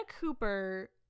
Cooper